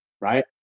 Right